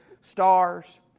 stars